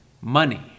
money